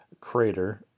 crater